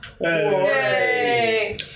Yay